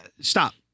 stop